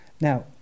now